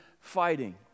fighting